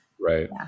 right